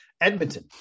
Edmonton